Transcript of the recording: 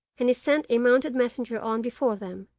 and he sent a mounted messenger on before them,